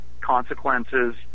consequences